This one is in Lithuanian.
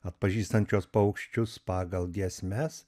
atpažįstančios paukščius pagal giesmes